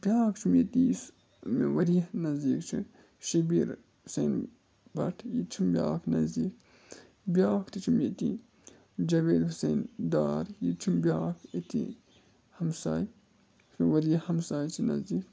بیٛاکھ چھُم ییٚتی یُس مےٚ واریاہ نزدیٖک چھُ شبیٖر حسین بٹ یہِ تہِ چھُم بیٛاکھ نزدیٖک بیٛاکھ تہِ چھُم ییٚتی جاوید حسین ڈار یہِ تہِ چھُم بیٛاکھ ییٚتی ہمساے مےٚ واریاہ ہمساے چھِ نزدیٖک